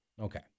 Okay